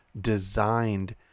designed